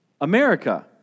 America